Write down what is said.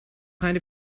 kind